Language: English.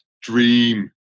dream